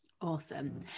Awesome